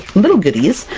little goodies,